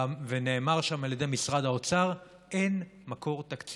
ונאמר שם על ידי משרד האוצר: אין מקור תקציבי,